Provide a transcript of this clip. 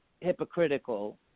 hypocritical